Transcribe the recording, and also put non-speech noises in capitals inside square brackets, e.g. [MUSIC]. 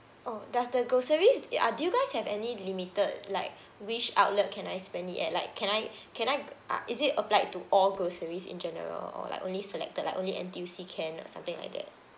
oh does the groceries ah do you guys have any limited like which outlet can I spend it at like can I [BREATH] can I ah is it applied to all groceries in general or like only selected like only N_T_U_C can or something like that